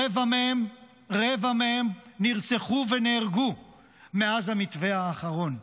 רבע מהם נרצחו ונהרגו מאז המתווה האחרון,